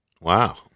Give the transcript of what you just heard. Wow